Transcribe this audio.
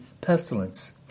pestilence